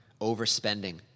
overspending